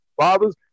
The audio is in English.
fathers